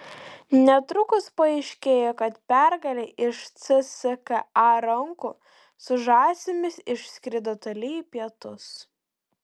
netrukus paaiškėjo kad pergalė iš cska rankų su žąsimis išskrido toli į pietus